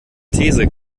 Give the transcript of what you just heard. these